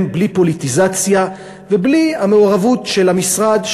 בלי פוליטיזציה ובלי המעורבות של המשרד,